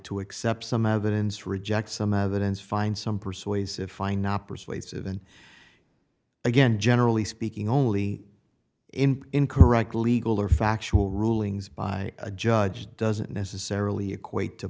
to accept some evidence reject some evidence find some persuasive find not persuasive and again generally speaking only in incorrect legal or factual rulings by a judge doesn't necessarily equate to